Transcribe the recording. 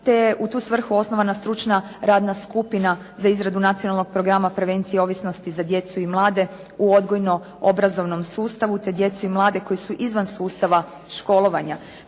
je u tu svrhu osnovana stručna radna skupina za izradu nacionalnog programa prevencije ovisnosti za djecu i mlade u odgojno obrazovnom sustavu, te djecu i mlade koji su izvan sustava školovanja.